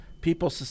people